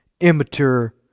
immature